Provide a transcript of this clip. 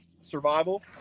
Survival